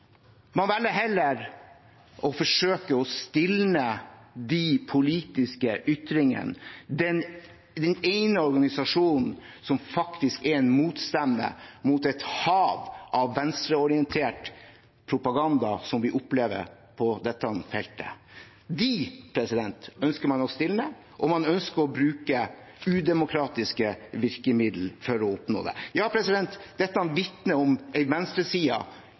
man velger heller å forsøke å stilne de politiske ytringene til den ene organisasjonen som faktisk er en motstemme til et hav av venstreorientert propaganda som vi opplever på dette feltet. De ønsker man å stilne, og man ønsker å bruke udemokratiske virkemidler for å oppnå det. Ja, dette vitner om en venstreside i